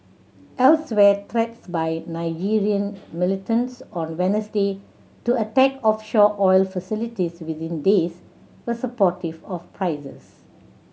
elsewhere threats by Nigerian militants on Wednesday to attack offshore oil facilities within days were supportive of prices